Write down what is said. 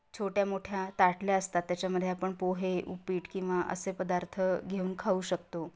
छोट्या मोठ्या ताटल्या असतात त्याच्यामध्ये आपण पोहे उप्पीट किंवा असे पदार्थ घेऊन खाऊ शकतो